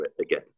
again